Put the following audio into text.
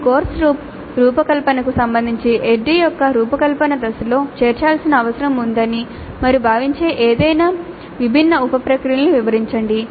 మీ course రూపకల్పనకు సంబంధించి ADDIE యొక్క రూపకల్పన దశలో చేర్చాల్సిన అవసరం ఉందని మీరు భావించే ఏదైనా విభిన్న ఉప ప్రక్రియలను వివరించండి